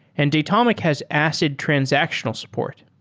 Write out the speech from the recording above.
and datomic has acid transactional support.